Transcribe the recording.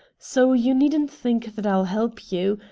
so you needn't think that i'll help you.